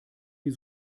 die